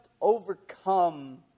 overcome